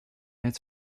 its